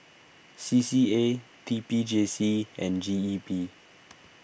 C C A T P J C and G E P